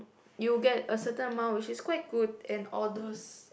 you will get a certain amount which is quite good and all those